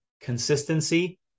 consistency